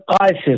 ISIS